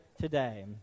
today